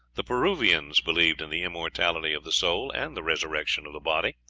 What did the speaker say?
the peruvians believed in the immortality of the soul and the resurrection of the body,